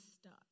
stuck